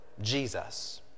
Jesus